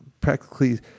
practically